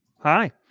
hi